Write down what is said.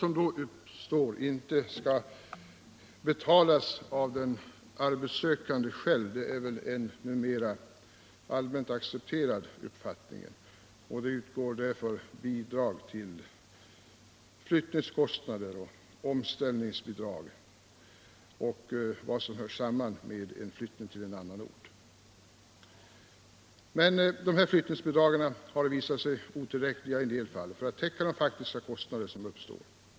som uppstår vid en flyttning inte skall betalas av den arbetssökande själv är numera en allmänt accepterad uppfattning. Det utgår därför bidrag till flyttningen och dessutom ett omställningsbidrag för andra kostnader som hör samman med en flyttning till annan ort. Men bidragen har i en del fall visat sig otillräckliga för att täcka de faktiska kostnader som uppstår.